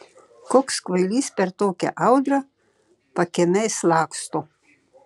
koks kvailys per tokią audrą pakiemiais laksto